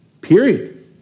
Period